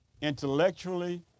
Intellectually